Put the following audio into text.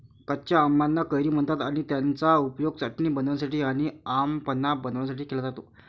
कच्या आंबाना कैरी म्हणतात आणि त्याचा उपयोग चटणी बनवण्यासाठी आणी आम पन्हा बनवण्यासाठी केला जातो